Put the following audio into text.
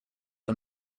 the